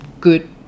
good